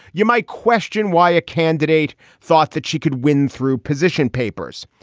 you might question why a candidate thought that she could win through position papers.